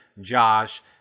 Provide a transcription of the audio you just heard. Josh